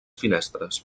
finestres